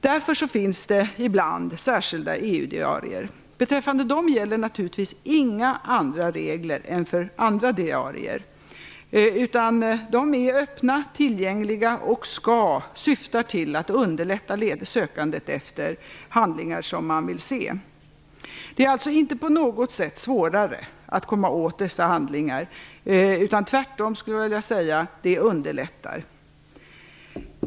Därför finns det ibland särskilda EU-diarier. Beträffande dem gäller naturligtvis inga andra regler än för andra diarier. De är tillgängliga och skall syfta till att underlätta sökandet efter handlingar som man vill se. Det är alltså inte på något sätt svårare att komma åt dessa handlingar. Tvärtom skulle jag vilja säga att de underlättar.